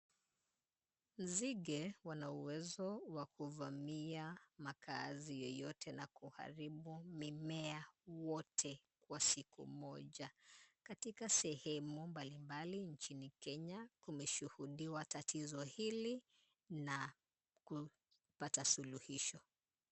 Nzige wana uwezo wa kuvamia makaazi yoyote na kuharibu mimea wote, kwa siku moja. Katika sehemu mbalimbali nchini Kenya, kumeshuhudiwa tatizo hili, na kupata suluhisho.